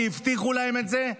כי הבטיחו להם את זה?